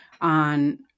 on